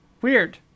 Weird